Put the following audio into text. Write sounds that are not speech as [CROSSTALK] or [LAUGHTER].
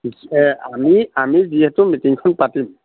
[UNINTELLIGIBLE] আমি আমি যিহেতু মিটিংখন পাতিম